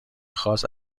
خاص